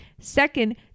Second